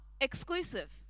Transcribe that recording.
exclusive